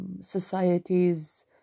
societies